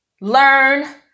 learn